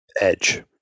edge